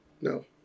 No